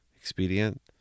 expedient